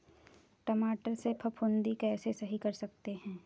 टमाटर से फफूंदी कैसे सही कर सकते हैं?